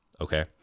okay